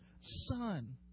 son